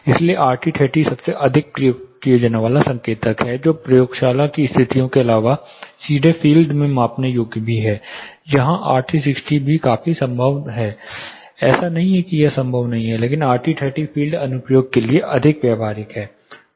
इसलिए RT30 सबसे अधिक प्रयोग किया जाने वाला संकेतक है जो प्रयोगशाला की स्थितियों के अलावा सीधे फ़ील्ड में मापने योग्य है जहाँ RT60 भी काफी संभव है ऐसा नहीं है कि यह संभव नहीं है लेकिन RT 30 फ़ील्ड अनुप्रयोग के लिए अधिक व्यावहारिक है